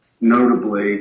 Notably